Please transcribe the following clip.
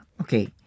Okay